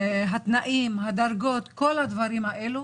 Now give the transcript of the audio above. התנאים, הדרגות כל הדברים האלו.